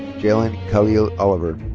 jalen khalil oliver.